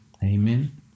Amen